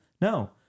No